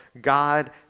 God